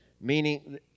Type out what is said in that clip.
meaning